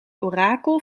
orakel